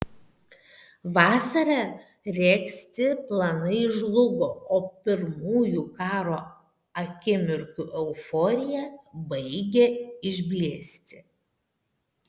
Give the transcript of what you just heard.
vasarą regzti planai žlugo o pirmųjų karo akimirkų euforija baigė išblėsti